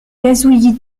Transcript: gazouillis